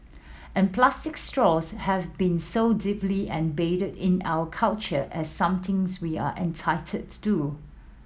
and plastic straws have been so deeply embedded in our culture as something we are entitled to